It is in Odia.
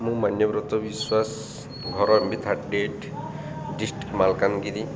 ମୁଁ ମାନ୍ୟବ୍ରତ ବିଶ୍ୱାସ ଘର M B thirty eight dist Malkangiri